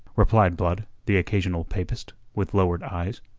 replied blood, the occasional papist, with lowered eyes.